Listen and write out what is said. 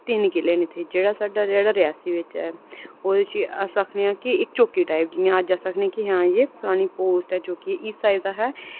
तिन्न किले न इत्थै जेह्ड़ा साढ़ा रियासी बिच ऐ ओह्दे च अस आखने आं कि चौकी टाईप जि'यां अज्ज कि अस आखने आं कि एह् फलानी पोस्ट ऐ हिस्सा हा एह्दा एह्